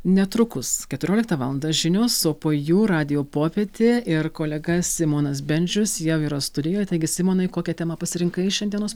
netrukus keturioliktą valandos žinios o po jų radijo popietė ir kolega simonas bendžius jau yra studijoj taigi simonai kokią temą pasirinkai šiandienos